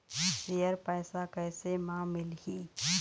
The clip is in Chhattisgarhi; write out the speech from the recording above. शेयर पैसा कैसे म मिलही?